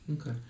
okay